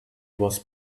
was